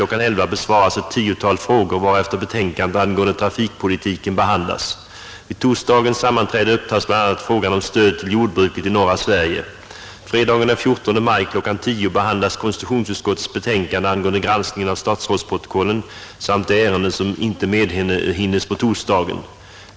11.00 besvaras ett tiotal frågor, varefter betänkandet angående trafikpolitiken behandlas. Vid torsdagens sammanträde upptas vidare bl.a. frågan om stöd till jordbruket i norra Sverige. Fredagen den 14 maj kl. 10.00 behandlas konstitutionsutskottets betänkande angående granskningen av statsrådsprotokollen samt de ärenden som inte medhinnes på torsdagen.